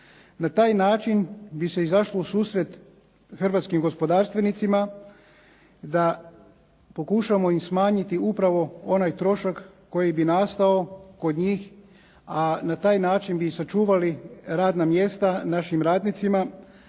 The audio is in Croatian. Na taj način bi se izašlo u susret hrvatskim gospodarstvenicima da pokušamo im smanjiti upravo onaj trošak koji bi nastao kod njih a na taj način bi sačuvali radna mjesta našim radnicima